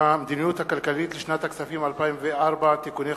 המדיניות הכלכלית לשנת הכספים 2004 (תיקוני חקיקה)